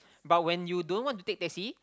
but when you don't want to take taxi